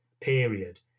period